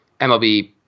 MLB